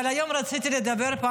אבל היום רציתי לדבר על נושא החטופים,